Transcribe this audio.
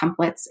templates